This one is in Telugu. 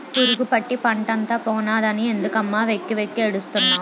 పురుగుపట్టి పంటంతా పోనాదని ఎందుకమ్మ వెక్కి వెక్కి ఏడుస్తున్నావ్